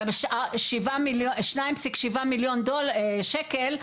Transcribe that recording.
2.7 מיליון שקל,